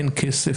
אין כסף,